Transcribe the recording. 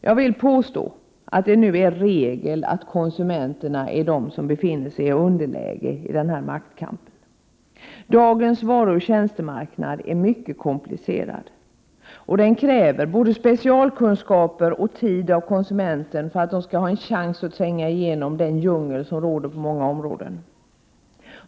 Jag vill påstå att det nu är regel att konsumenterna befinner sig i underläge i denna maktkamp. Dagens varuoch tjänstemarknad är mycket komplicerad, och den kräver både specialkunskaper och tid av konsumenterna för att de skall ha en chans att tränga igenom den djungel som råder på många områden.